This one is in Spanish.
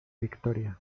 victoria